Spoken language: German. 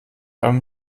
einem